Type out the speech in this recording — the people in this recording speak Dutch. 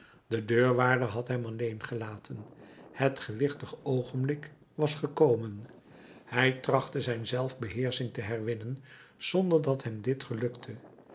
de deurwaarder had hem alleen gelaten het gewichtig oogenblik was gekomen hij trachtte zijn zelfbeheersching te herwinnen zonder dat hem dit gelukte